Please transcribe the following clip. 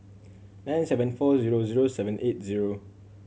nine seven four zero zero seven eight zero